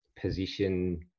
position